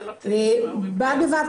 בד בבד,